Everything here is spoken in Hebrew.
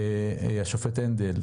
השופט הנדל,